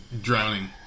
drowning